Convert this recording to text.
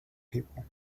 people